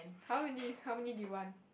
how many how many do you want